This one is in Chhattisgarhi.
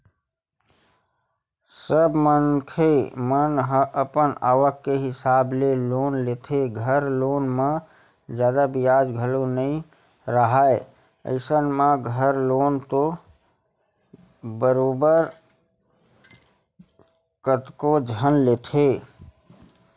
सब मनखे मन ह अपन आवक के हिसाब ले लोन लेथे, घर लोन म जादा बियाज घलो नइ राहय अइसन म घर लोन तो बरोबर कतको झन लेथे